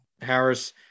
Harris